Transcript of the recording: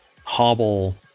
hobble